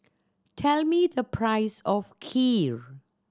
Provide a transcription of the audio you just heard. tell me the price of Kheer